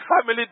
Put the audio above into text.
family